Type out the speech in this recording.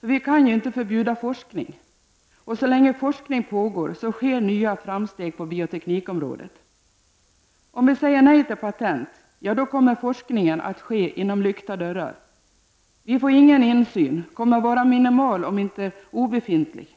Vi kan ju inte förbjuda forskning, och så länge forskning pågår sker nya framsteg på bioteknikområdet. Om vi säger nej till patent kommer forskningen att ske bakom lyckta dörrar. Vår insyn kommer att vara minimal, om inte obefintlig.